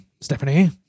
Stephanie